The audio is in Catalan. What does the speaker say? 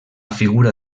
figura